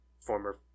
former